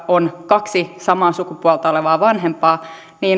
on kaksi samaa sukupuolta olevaa vanhempaa